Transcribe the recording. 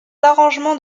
arrangements